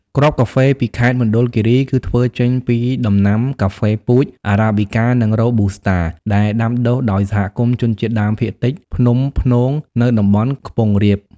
គ្រាប់កាហ្វេពីខេត្តមណ្ឌលគិរី គឺធ្វើចេញពីដំណាំកាហ្វេពូជ អារ៉ាប៊ីកា និង រ៉ូប៊ូស្តា ដែលដាំដុះដោយសហគមន៍ជនជាតិដើមភាគតិចភ្នំ ព្នង នៅតំបន់ខ្ពង់រាប។